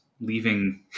leaving